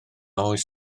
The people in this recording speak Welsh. oes